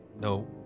no